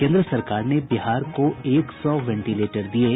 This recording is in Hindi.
केन्द्र सरकार ने बिहार को एक सौ वेंटिलेटर दिये